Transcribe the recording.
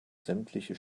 sämtliche